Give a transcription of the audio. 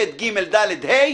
ב', ג', ד', ה',